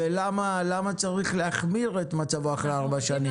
ולמה צריך להחמיר את מצבו אחרי ארבע שנים?